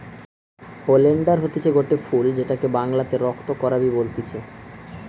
oleander হতিছে গটে ফুল যেটাকে বাংলাতে রক্ত করাবি বলতিছে